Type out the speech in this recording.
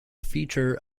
feature